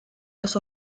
los